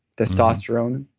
testosterone,